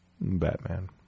batman